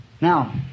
Now